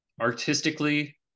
artistically